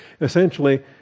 essentially